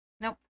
Nope